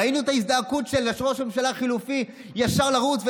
ראינו את ההזדעקות של ראש הממשלה החליפי לרוץ ישר